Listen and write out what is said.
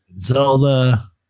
Zelda